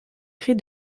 cris